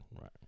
right